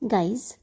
Guys